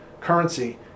currency